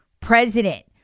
president